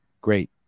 great